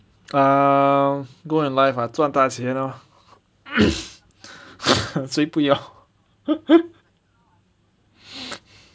ah goal in life ah 赚大钱 lor 谁不要